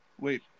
Wait